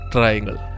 Triangle